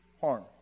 harm